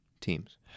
teams